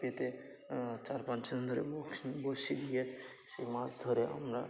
পেতে চার পাঁচজন ধরে বসিয়ে দিয়ে সেই মাছ ধরে আমরা